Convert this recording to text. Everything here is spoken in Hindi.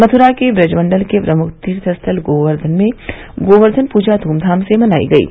मथुरा के ब्रज मंडल के प्रमुख तीर्थस्थल गोवर्धन में गोवर्धन पूजा धूम्धाम से मनाई गयी